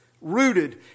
rooted